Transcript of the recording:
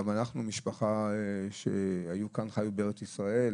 גם אנחנו משפחה שחיו כארץ בארץ ישראל,